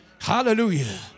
hallelujah